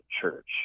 church